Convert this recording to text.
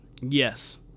Yes